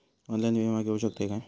Online विमा घेऊ शकतय का?